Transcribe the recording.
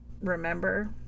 remember